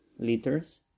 liters